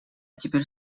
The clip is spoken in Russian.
теперь